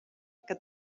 que